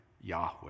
Yahweh